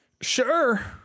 Sure